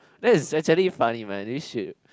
that is actually funny man you should